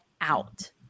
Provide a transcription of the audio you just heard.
out